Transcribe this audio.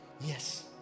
Yes